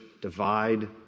divide